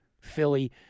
Philly